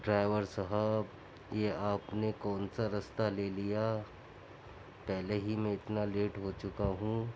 driver صاحب یہ آپ نے کون سا رستہ لے لیا پہلے ہی میں اتنا لیٹ ہو چکا ہوں